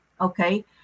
okay